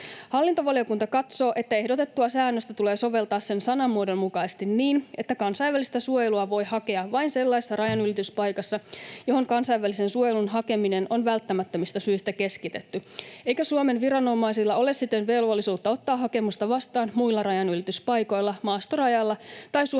Hallintovaliokunta katsoo, että ehdotettua säännöstä tulee soveltaa sen sanamuodon mukaisesti niin, että kansainvälistä suojelua voi hakea vain sellaisessa rajanylityspaikassa, johon kansainvälisen suojelun hakeminen on välttämättömistä syistä keskitetty, eikä Suomen viranomaisilla ole siten velvollisuutta ottaa hakemusta vastaan muilla rajanylityspaikoilla, maastorajalla tai Suomen alueella